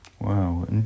Wow